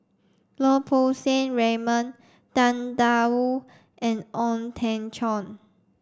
Lau Poo Seng Raymond Tang Da Wu and Ong Teng Cheong